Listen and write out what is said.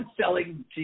selling